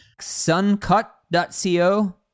Suncut.co